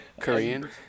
Korean